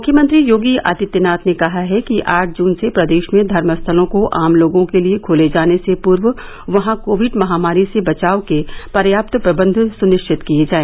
मुख्यमंत्री योगी आदित्यनाथ ने कहा है कि आठ जून से प्रदेश में धर्म स्थलों को आम लोगों के लिए खोले जाने से पूर्व वहां कोविड महामारी से बचाव के पर्याप्त प्रबंध सुनिश्चित किए जाए